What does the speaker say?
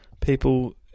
people